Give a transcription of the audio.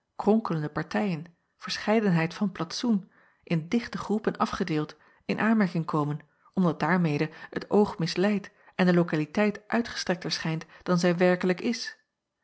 kronkelende partijen verscheidenheid van plantsoen in dichte groepen afgedeeld in aanmerking komen omdat daarmede het oog misleid en de lokaliteit uitgestrekter schijnt dan zij werkelijk is